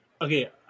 Okay